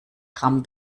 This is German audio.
gramm